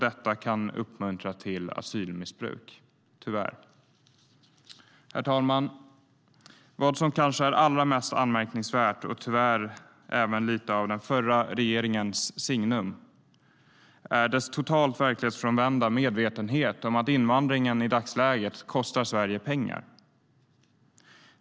Detta kan uppmuntra till asylmissbruk - tyvärr. Herr talman! Vad som kanske är allra mest anmärkningsvärt och tyvärr även lite av dess signum är den förra regeringens totalt verklighetsfrånvända omedvetenhet om att invandringen i dagsläget kostar Sverige pengar.